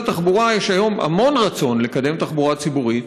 התחבורה יש היום המון רצון לקדם תחבורה ציבורית,